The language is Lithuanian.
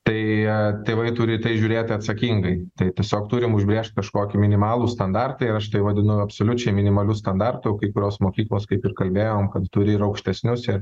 tai tėvai turi į tai žiūrėti atsakingai tai tiesiog turim užbrėžt kažkokį minimalų standartą ir aš tai vadinu absoliučiai minimaliu standartu kai kurios mokyklos kaip ir kalbėjom kad turi ir aukštesnius